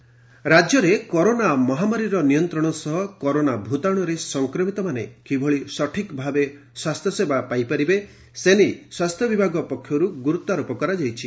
medical college ରାଜ୍ୟରେ corona ମହାମାରୀର ନିୟନ୍ତ୍ରଣ ସହ କରୋନା ଭୂତାଣୁରେ ସଂକ୍ରମିତମାନେ କିଭଳି ସଠିକ୍ ଭାବେ ସ୍ୱାସ୍ଘ୍ୟସେବା ପାଇପାରିବେ ସେନେଇ ସ୍ୱାସ୍ଥ୍ୟବିଭାଗ ପକ୍ଷରୁ ଗୁରୁତ୍ୱାରୋପ କରାଯାଇଛି